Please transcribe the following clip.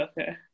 Okay